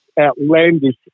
outlandish